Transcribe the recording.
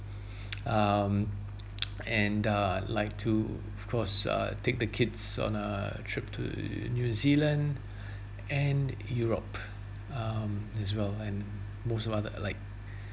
um and uh like to of course uh take the kids on a trip to new zealand and europe um as well and most of other like